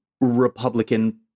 Republican